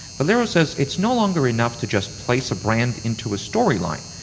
valero says it's no longer enough to just place a brand into a storyline,